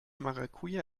maracuja